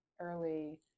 early